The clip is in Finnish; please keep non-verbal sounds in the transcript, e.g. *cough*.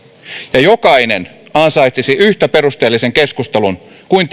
ja jokainen ansaitsisi yhtä perusteellisen keskustelun kuin *unintelligible*